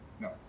No